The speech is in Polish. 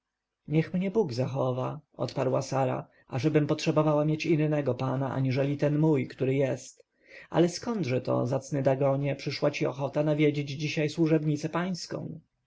niech mnie bóg zachowa odparła sara ażebym potrzebowała mieć innego pana aniżeli ten mój który jest ale skądże to zacny dagonie przyszła ci ochota nawiedzić dzisiaj służebnicę pańską